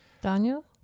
Daniel